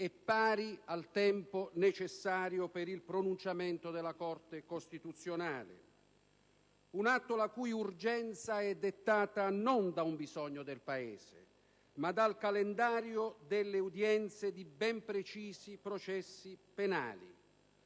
è pari al tempo necessario per il pronunciamento della Corte costituzionale; un atto la cui urgenza è dettata non da un bisogno del Paese, ma dal calendario delle udienze di ben precisi processi penali;